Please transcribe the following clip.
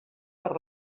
per